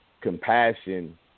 compassion